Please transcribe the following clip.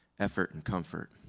effort and comfort.